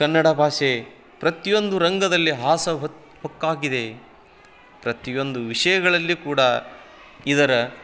ಕನ್ನಡ ಭಾಷೆ ಪ್ರತಿಯೊಂದು ರಂಗದಲ್ಲಿ ಹಾಸು ಹೊಕ್ಕಾಗಿದೆ ಪ್ರತಿಯೊಂದು ವಿಷಯಗಳಲ್ಲಿ ಕೂಡ ಇದರ